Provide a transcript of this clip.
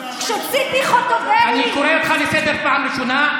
כשציפי חוטובלי, אני קורא אותך לסדר בפעם ראשונה.